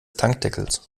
tankdeckels